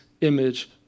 image